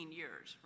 years